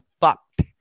fucked